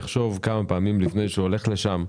יחשוב כמה פעמים לפני שהוא הולך לשם,